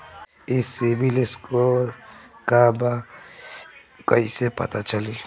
ई CIBIL score का बा कइसे पता चली?